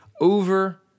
over